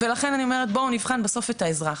ולכן אני אומרת בואו נבחן בסוף את האזרח,